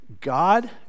God